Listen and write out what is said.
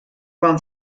quan